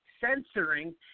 censoring